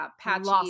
patchy